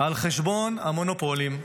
על חשבון המונופולים.